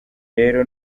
rero